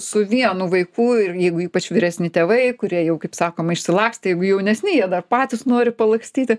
su vienu vaiku ir jeigu ypač vyresni tėvai kurie jau kaip sakoma išsilakstė jaunesni jie dar patys nori palakstyti